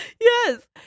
Yes